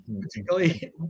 particularly